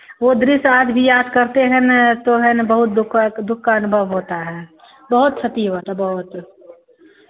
वो दृश्य आज भी याद करते हैं ना तो है ना बहुत दुःख का दुःख का अनुभव होता है बहुत क्षति हुआ था बहुत